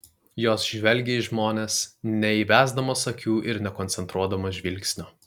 jos žvelgia į žmones neįbesdamos akių ir nekoncentruodamos žvilgsnio